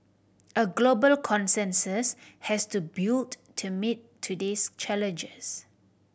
a global consensus has to built to meet today's challenges